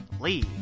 Lee